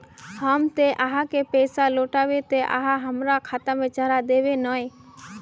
हम जे आहाँ के पैसा लौटैबे ते आहाँ हमरा खाता में चढ़ा देबे नय?